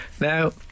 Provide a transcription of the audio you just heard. Now